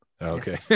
okay